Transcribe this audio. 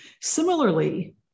Similarly